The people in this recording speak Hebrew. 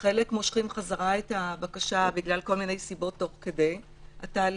חלק מושכים חזרה את הבקשה בגלל כל מיני סיבות תוך כדי התהליך,